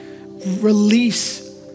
release